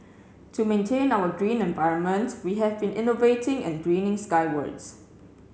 to maintain our green environment we have been innovating and greening skywards